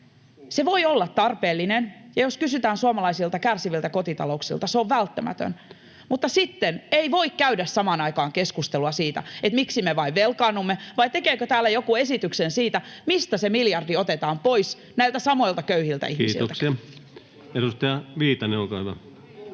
Se voi olla tarpeellinen, ja jos kysytään suomalaisilta kärsiviltä kotitalouksilta, se on välttämätön, mutta sitten ei voi käydä samaan aikaan keskustelua siitä, miksi me vain velkaannumme, vai tekeekö täällä joku esityksen siitä, mistä se miljardi otetaan pois? Näiltä samoilta köyhiltä ihmisiltäkö? [Speech 53] Speaker: